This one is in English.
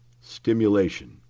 stimulation